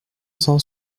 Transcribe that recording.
cent